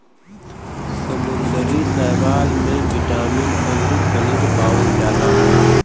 समुंदरी शैवाल में बिटामिन अउरी खनिज पावल जाला